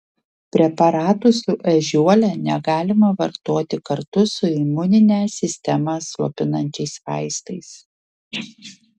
preparatų su ežiuole negalima vartoti kartu su imuninę sistemą slopinančiais vaistais